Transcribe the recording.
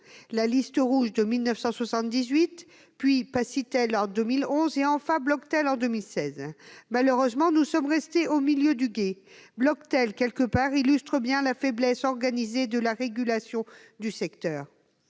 la liste rouge en 1978, puis Pacitel en 2011, enfin Bloctel en 2016. Malheureusement nous sommes restés au milieu du gué. Bloctel illustre bien, d'une certaine façon, la faiblesse organisée de la régulation du secteur.